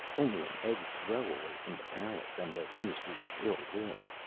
only an egg's throw away from the palace and the ministry of ill-will.